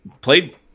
played